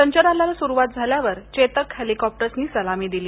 संचलनाला सुरवात झाल्यावर चेतक हेलिकॉप्टर्सनी सलामी दिली